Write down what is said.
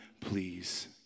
please